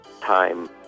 time